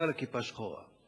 אלא כיפה שחורה.